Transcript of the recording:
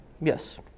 Yes